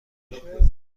کنم